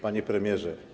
Panie Premierze!